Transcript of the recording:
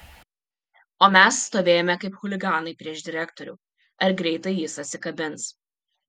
o mes stovėjome kaip chuliganai prieš direktorių ar greitai jis atsikabins